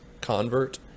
convert